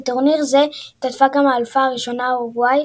בטורניר זה השתתפה גם האלופה הראשונה אורוגוואי,